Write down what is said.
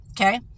Okay